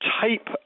type